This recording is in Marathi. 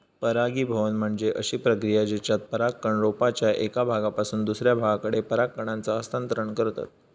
परागीभवन म्हणजे अशी प्रक्रिया जेच्यात परागकण रोपाच्या एका भागापासून दुसऱ्या भागाकडे पराग कणांचा हस्तांतरण करतत